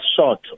short